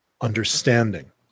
understanding